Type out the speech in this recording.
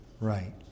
right